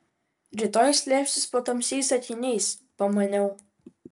rytoj slėpsis po tamsiais akiniais pamaniau